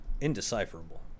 indecipherable